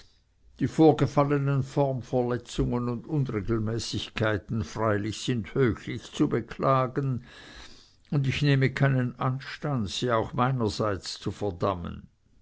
die vorgefallenen formverletzungen und unregelmäßigkeiten freilich sind höchlich zu beklagen und ich nehme keinen anstand sie auch meinerseits zu verdammen